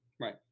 Right